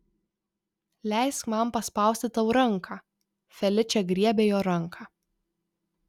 leisk man paspausti tau ranką feličė griebė jo ranką